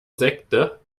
sekte